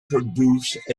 produce